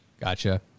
Gotcha